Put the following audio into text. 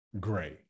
gray